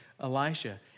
Elisha